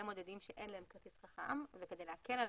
מודדים שאין להם כרטיס חכם וכדי להקל עליהם,